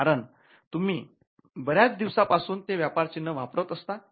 कारण तुम्ही बऱ्याच दिवसापासून ते व्यापार चिन्ह वापरत असता